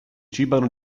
cibano